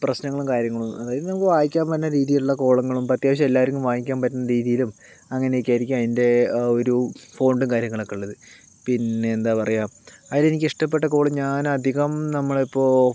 പ്രശ്നങ്ങളും കാര്യങ്ങളൊന്നും അതായത് നമുക്ക് വായിക്കാൻ പറ്റുന്ന രീതിയിലുള്ള കോളങ്ങളും ഇപ്പോൾ അത്യാവശ്യം എല്ലാവർക്കും വായിക്കാൻ പറ്റുന്ന രീതിയിലും അങ്ങനെയൊക്കെ ആയിരിക്കും അതിൻ്റെ ആ ഒരു ഫോണ്ടും കാര്യങ്ങളൊക്കെ ഉള്ളത് പിന്നെ എന്താ പറയുക അതിലെനിക്ക് ഇഷ്ടപ്പെട്ട കോളം ഞാൻ അധികം നമ്മളിപ്പോൾ